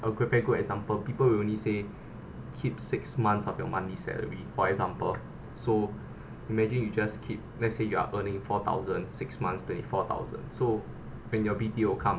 a pretty good example people will only say keep six months of your monthly salary for example so imagine you just keep let's say you are earning four thousand six months twenty four thousands so when your B_T_O come